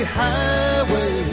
highway